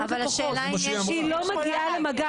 היא לא מגיע למגע